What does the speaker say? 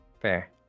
Fair